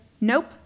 Nope